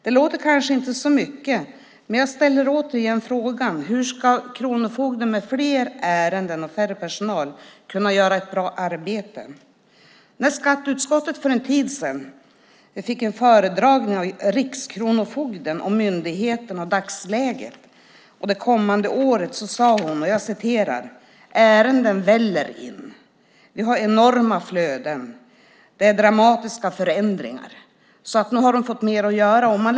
Det låter kanske inte så mycket, men jag ställer återigen frågan: Hur ska kronofogden, med fler ärenden och färre personal, kunna göra ett bra arbete? När skatteutskottet för en tid sedan fick en föredragning av rikskronofogden om myndigheten, dagsläget och det kommande året sade hon: Ärenden väller in. Vi har enorma flöden. Det är dramatiska förändringar. Nog har de fått mer att göra.